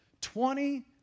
Twenty